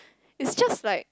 it's just like